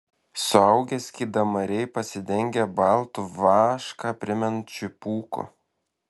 suaugę skydamariai pasidengę baltu vašką primenančiu pūku